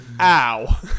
ow